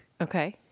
Okay